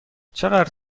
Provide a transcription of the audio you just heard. چقدر